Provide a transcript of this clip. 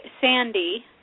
Sandy